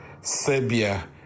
Serbia